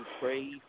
pray